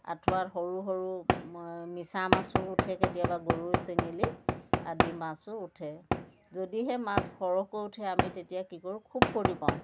আঁঠুৱাৰ সৰু সৰু মিছামাছো উঠে কেতিয়াবা গৰৈ চেঙেলি আদি মাছো উঠে যদিহে মাছ সৰহকৈ উঠে আমি তেতিয়া কি কৰোঁ খুব ফূৰ্তি পাওঁ